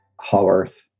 Haworth